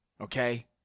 Okay